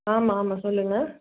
ஆமாம் ஆமாம் சொல்லுங்கள்